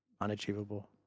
unachievable